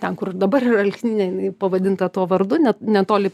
ten kur dabar yra alksninė jinai pavadinta tuo vardu net netoli